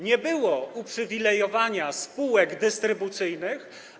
Nie było uprzywilejowania spółek dystrybucyjnych.